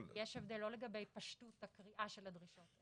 יש הבדל לא לגבי פשטות הקריאה של הדרישות,